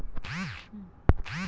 कर्ज घ्यासाठी कोनचे कागदपत्र लागते?